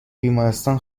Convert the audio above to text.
بیمارستان